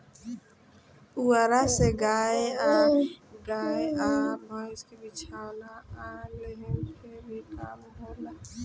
पुआरा से गाय आ भईस के बिछवाना आ लेहन के भी काम होला